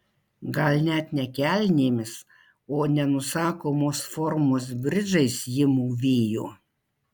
gal net ne kelnėmis o nenusakomos formos bridžais ji mūvėjo